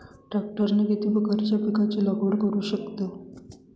ट्रॅक्टरने किती प्रकारच्या पिकाची लागवड करु शकतो?